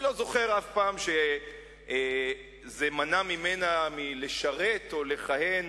אני לא זוכר אף פעם שזה מנע ממנה לשרת או לכהן